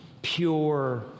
pure